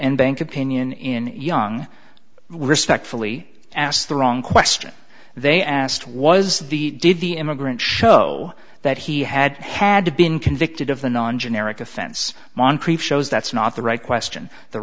and bank opinion in young respectfully asked the wrong question they asked was the did the immigrant show that he had had to been convicted of the non generic offense moncrief shows that's not the right question the